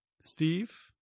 Steve